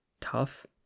tough